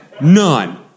None